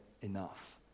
enough